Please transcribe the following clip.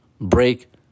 Break